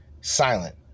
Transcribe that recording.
silent